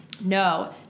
No